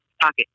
pocket